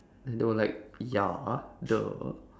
I know like ya !duh!